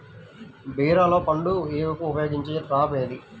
బీరలో పండు ఈగకు ఉపయోగించే ట్రాప్ ఏది?